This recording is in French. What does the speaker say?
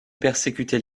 persécuter